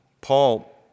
Paul